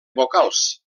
vocals